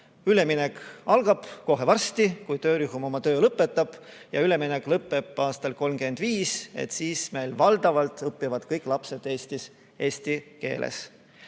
üleminek algab kohe varsti, kui töörühm oma töö lõpetab, ja üleminek lõpeb aastal 2035 ning siis meil valdavalt õpivad kõik lapsed eesti keeles.